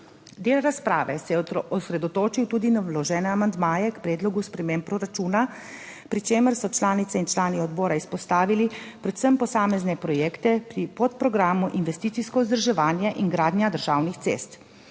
Del razprave se je osredotočil tudi na vložene amandmaje k predlogu sprememb proračuna, pri čemer so članice in člani odbora izpostavili predvsem posamezne projekte pri podprogramu Investicijsko vzdrževanje in gradnja državnih cest.